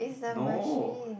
no